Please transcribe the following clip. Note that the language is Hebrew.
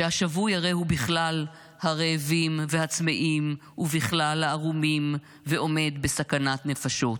שהשבוי הרי הוא בכלל הרעבים והצמאים ובכלל הערומים ועומד בסכנת נפשות,